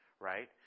Right